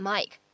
Mike